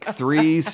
three